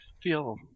feel